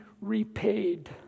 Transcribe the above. repaid